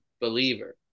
believer